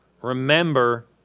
remember